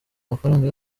amafaranga